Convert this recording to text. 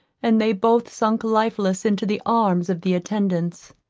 and they both sunk lifeless into the arms of the attendants.